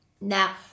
Now